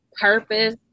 purpose